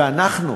ואנחנו,